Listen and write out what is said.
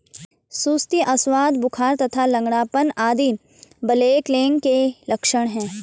सुस्ती, अवसाद, बुखार तथा लंगड़ापन आदि ब्लैकलेग के लक्षण हैं